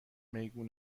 میگو